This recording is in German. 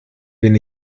bin